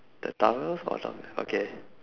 the tunnels or down okay